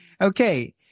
Okay